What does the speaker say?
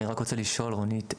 אני רק רוצה לשאול רונית,